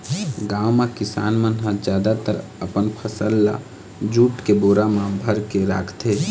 गाँव म किसान मन ह जादातर अपन फसल ल जूट के बोरा म भरके राखथे